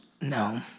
no